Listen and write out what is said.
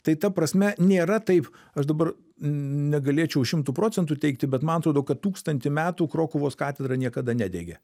tai ta prasme nėra taip aš dabar negalėčiau šimtu procentų teigti bet man atrodo kad tūkstantį metų krokuvos katedra niekada nedegė